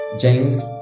James